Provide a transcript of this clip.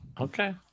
Okay